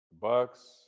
Bucks